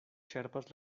ĉerpas